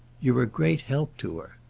you're a great help to her.